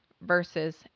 Versus